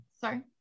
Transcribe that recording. Sorry